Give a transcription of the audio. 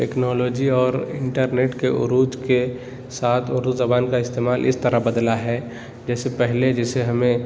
technology اور internet کے عروج کے ساتھ اردو زبان کا استعمال اس طرح بدلا ہے جیسے پہلے جیسے ہمیں